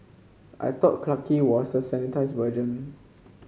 I thought Clarke Quay was the sanitised version